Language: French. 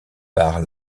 par